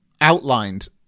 outlined